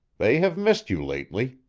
they have missed you lately.